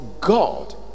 God